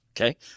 Okay